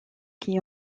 qui